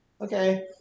okay